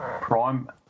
prime